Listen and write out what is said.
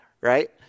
right